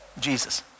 Jesus